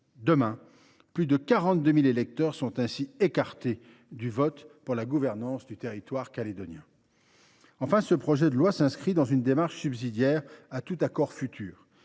Désormais, plus de 42 000 électeurs sont ainsi écartés du vote pour la gouvernance du territoire calédonien. Enfin, ce projet de loi s’inscrit dans une démarche subsidiaire à tout accord futur